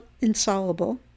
insoluble